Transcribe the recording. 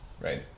right